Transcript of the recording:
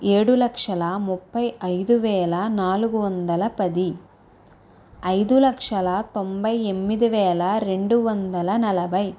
ఏడు లక్షల ముప్పై ఐదువేల నాలుగు వందల పది ఐదు లక్షల తొంభై ఎనిమిది వేల రెండు వందల నలభై